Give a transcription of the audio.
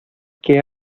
que